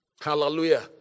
Hallelujah